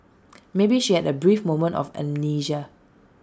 maybe she had A brief moment of amnesia